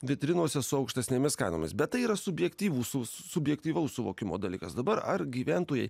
vitrinose su aukštesnėmis kainomis bet tai yra subjektyvūs subjektyvaus suvokimo dalykas dabar ar gyventojai